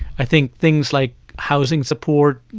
i think things like housing support,